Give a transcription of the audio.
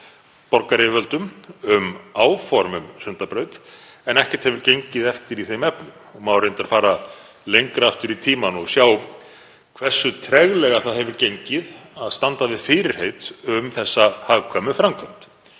borgaryfirvöldum, um áform um Sundabraut, en ekkert hefur gengið eftir í þeim efnum. Má reyndar fara lengra aftur í tímann og sjá hversu treglega hefur gengið að standa við fyrirheit um þessa hagkvæmu framkvæmd,